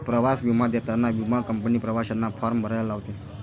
प्रवास विमा देताना विमा कंपनी प्रवाशांना फॉर्म भरायला लावते